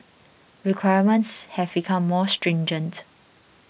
requirements have become more stringent